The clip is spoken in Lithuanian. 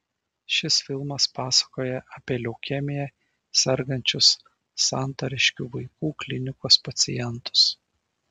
šis filmas pasakoja apie leukemija sergančius santariškių vaikų klinikos pacientus